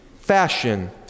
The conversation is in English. fashion